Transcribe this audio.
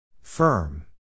Firm